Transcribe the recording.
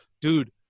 dude